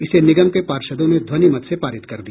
इसे निगम के पार्षदों ने ध्वनिमत से पारित कर दिया